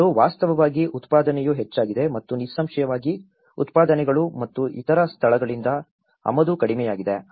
ಮತ್ತು ವಾಸ್ತವವಾಗಿ ಉತ್ಪಾದನೆಯು ಹೆಚ್ಚಾಗಿದೆ ಮತ್ತು ನಿಸ್ಸಂಶಯವಾಗಿ ಉತ್ಪಾದನೆಗಳು ಮತ್ತು ಇತರ ಸ್ಥಳಗಳಿಂದ ಆಮದು ಕಡಿಮೆಯಾಗಿದೆ